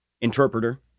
interpreter